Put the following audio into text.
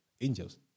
Angels